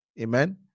Amen